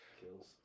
kills